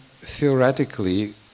theoretically